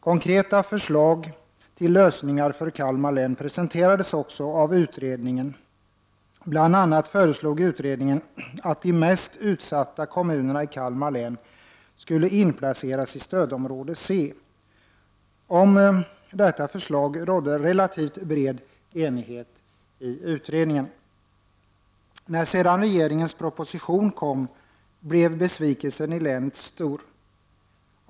Konkreta förslag till lösningar för Kalmar län presenterades också av utredningen. Bl.a. föreslog utredningen att de mest utsatta kommunerna i Kalmar län skulle inplaceras i stödområde C. Om detta förslag rådde relativt bred enighet i utredningen. När sedan regeringens proposition kom blev besvikelsen i länet stor.